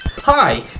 Hi